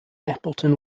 appleton